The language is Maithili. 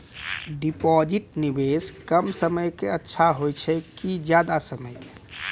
डिपॉजिट निवेश कम समय के के अच्छा होय छै ज्यादा समय के?